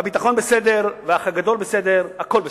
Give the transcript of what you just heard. הביטחון בסדר, ו'האח הגדול' בסדר, הכול בסדר.